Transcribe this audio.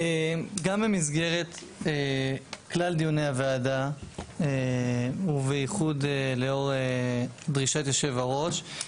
גם במסגרת כלל דיוני הוועדה ובייחוד לאור דרישת יושב הראש,